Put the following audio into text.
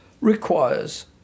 requires